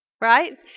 right